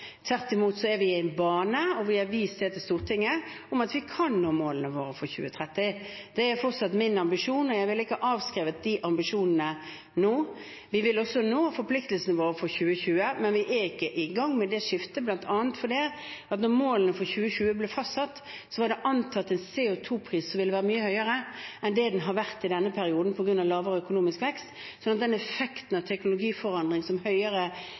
Tvert imot er vi i en bane – og vi har vist det til Stortinget – hvor vi kan nå målene våre for 2030. Det er fortsatt min ambisjon, og jeg ville ikke avskrevet de ambisjonene nå. Vi vil også nå forpliktelsene våre for 2020, men vi er ikke i gang med det skiftet, bl.a. fordi da målene for 2020 ble fastsatt, antok man at det ville være en mye høyere CO2-pris enn det har vært i denne perioden, på grunn av lavere økonomisk vekst. Så den effekten i form av teknologiforandring som en høyere